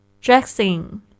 Dressing